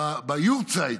ביאָרצייט,